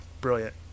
brilliant